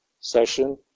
session